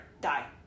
die